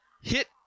hit